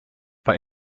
war